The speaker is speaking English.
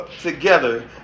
together